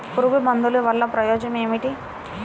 పురుగుల మందుల వల్ల ప్రయోజనం ఏమిటీ?